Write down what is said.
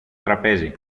τραπέζι